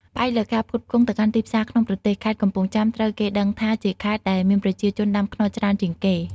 ផ្អែកលើការផ្គត់ផ្គង់ទៅកាន់ទីផ្សារក្នុងប្រទេស ខេត្តកំពង់ចាម ត្រូវគេដឹងថា ជាខេត្តដែលមានប្រជាជនដាំខ្នុរច្រើនជាងគេ។